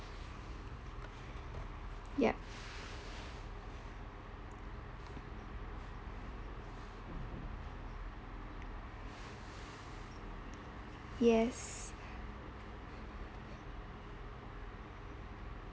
yup yes